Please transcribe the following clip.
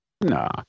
Nah